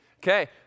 Okay